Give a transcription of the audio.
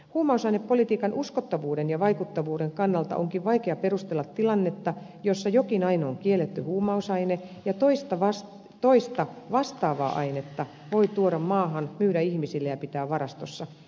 huumausainepolitiikan uskottavuuden ja vaikuttavuuden kannalta onkin vaikea perustella tilannetta jossa jokin aine on kielletty huumausaine ja toista vastaavaa ainetta voi tuoda maahan myydä ihmisille ja pitää varastossa